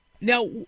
Now